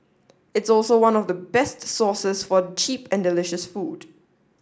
it's also one of the best sources for cheap and delicious food